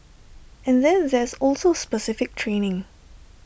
and then there's also specific training